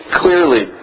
clearly